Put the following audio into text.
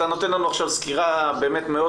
אתה נותן לנו עכשיו סקירה באמת מאוד